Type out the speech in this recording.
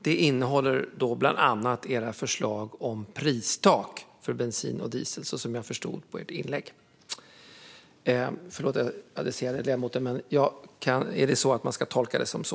Det innehåller bland annat era förslag om pristak på bensin och diesel, som jag förstod inlägget. Ska man tolka det så?